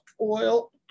oil